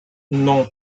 non